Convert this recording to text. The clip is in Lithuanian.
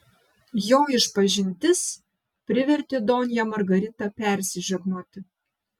jo išpažintis privertė donją margaritą persižegnoti